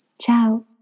Ciao